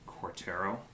Cortero